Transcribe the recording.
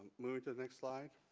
moving to the next slide.